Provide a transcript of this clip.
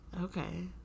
Okay